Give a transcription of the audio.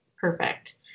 perfect